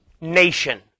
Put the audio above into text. nation